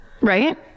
Right